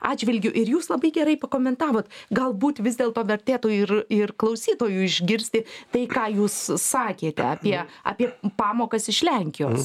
atžvilgiu ir jūs labai gerai pakomentavote galbūt vis dėlto vertėtų ir ir klausytojui išgirsti tai ką jūs sakėte apie apie pamokas iš lenkijos